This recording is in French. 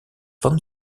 von